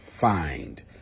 find